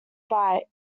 bite